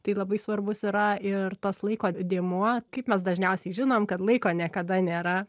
tai labai svarbus yra ir tas laiko dėmuo kaip mes dažniausiai žinom kad laiko niekada nėra